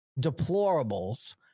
deplorables